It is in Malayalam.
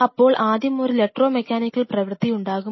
അപ്പോൾ ആദ്യം ഒരു ഇലക്ട്രോ മെക്കാനിക്കൽ പ്രവൃത്തി ഉണ്ടാക്കും